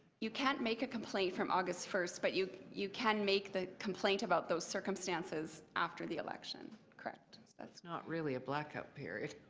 you can't make a complaint from august one but you you can make the complaint about those circumstances after the election. correct? so it's not really a blackout period.